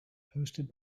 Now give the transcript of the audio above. hosted